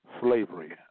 slavery